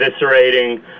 eviscerating